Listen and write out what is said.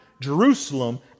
Jerusalem